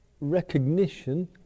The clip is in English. recognition